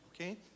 okay